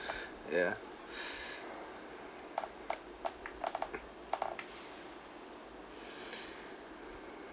ya